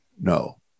no